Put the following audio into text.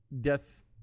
death